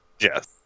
Yes